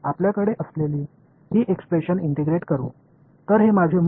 எனவே இது எனது அசல் ஃபங்ஷன் இது ஒரு தோராயமாகும் என்பதை நினைவில் கொள்க